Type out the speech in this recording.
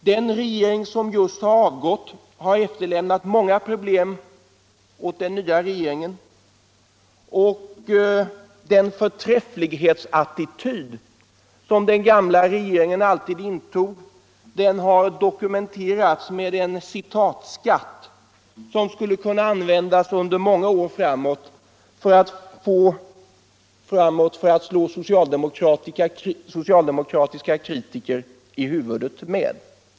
Den regering som just avgått har efterlämnat många problem åt den nya regeringen. Den förträfflighetsattityd som den gamla regeringen alltid intog har dokumenterats med en citatskatt som skulle kunna användas under många år framåt för att slå socialdemokratiska kritiker i huvudet med.